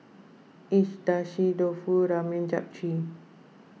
Agedashi Dofu Ramen Japchae